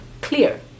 clear